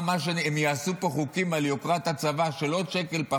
הם יעשו חוקים פה על יוקרת הצבא של עוד שקל,